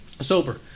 sober